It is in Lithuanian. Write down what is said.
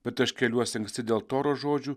bet aš keliuosi anksti dėl toros žodžių